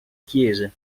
chiese